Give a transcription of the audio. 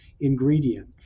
ingredient